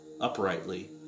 uprightly